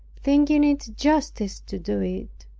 thinking it justice to do it.